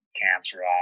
cancer